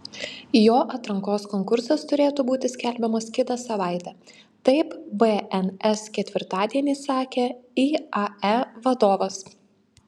jo atrankos konkursas turėtų būti skelbiamas kitą savaitę taip bns ketvirtadienį sakė iae vadovas